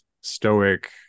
stoic